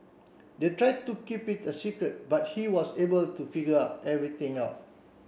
they tried to keep it a secret but he was able to figure everything out